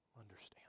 understand